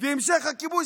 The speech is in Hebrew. והמשך הכיבוש,